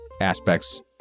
aspects